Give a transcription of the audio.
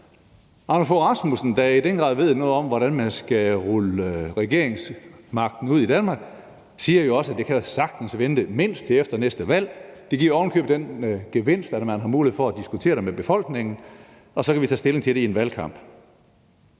Anders Fogh Rasmussen, der i den grad ved noget om, hvordan man skal rulle regeringsmagten ud i Danmark, siger jo også, at det sagtens kan vente mindst til efter næste valg. Det giver ovenikøbet den gevinst, at man har mulighed for at diskutere det med befolkningen, og så kan vi tage stilling til det i en valgkamp.